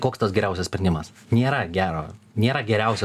koks tas geriausias sprendimas nėra gero nėra geriausio